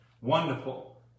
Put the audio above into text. Wonderful